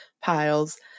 piles